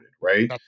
Right